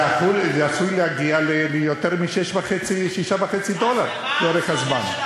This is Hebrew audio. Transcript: זה עשוי להגיע ליותר מ-6.5 דולר לאורך הזמן.